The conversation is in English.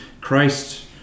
Christ